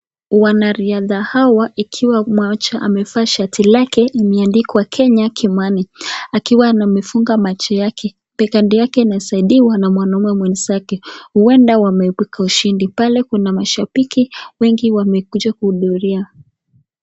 Wanariadha hawa ikiwa mmoja amevaa shati[ lake imeandikwa Kenya Kimani akiwa amefunga macho yake kando yake anasaidia na mwanaume mwenzake huenda wameibuka ushindi pale kuna mashabiki wengi wamekuja kuhudhuria.